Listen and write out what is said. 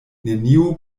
neniu